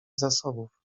zasobów